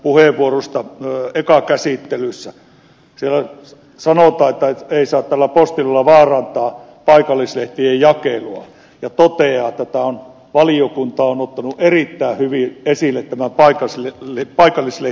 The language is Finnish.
siellä sanotaan että ei saa tällä postilailla vaarantaa paikallislehtien jakelua ja todetaan että valiokunta on ottanut erittäin hyvin esille tämän paikallislehtien tilanteen